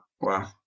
Wow